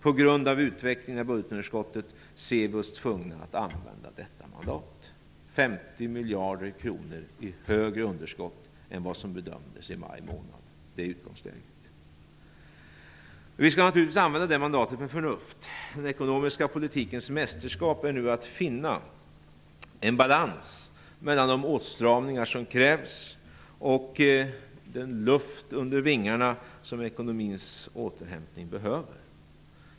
På grund av utvecklingen av budgetunderskottet ser vi oss tvungna att använda detta mandat. Utgångsläget är 50 miljarder mer i underskott än vad som bedömdes i maj månad. Vi skall naturligtvis använda detta mandat med förnuft. Den ekonomiska politikens mästerskap är nu att finna en balans mellan de åtstramningar som krävs och den luft under vingarna som ekonomins återhämtning behöver.